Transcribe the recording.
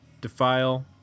Defile